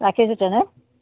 ৰাখিছোঁ তেনে